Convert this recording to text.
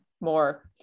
more